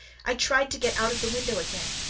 i tried to get out of the window again,